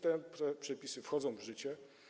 Te przepisy wchodzą w życie.